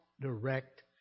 direct